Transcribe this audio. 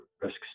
Risks